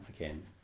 again